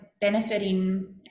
benefiting